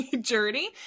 journey